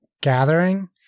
gathering